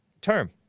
term